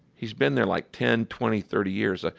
he's been there, like, ten, twenty, thirty years. ah